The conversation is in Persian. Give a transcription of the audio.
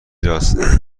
راست